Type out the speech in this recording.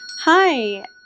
hi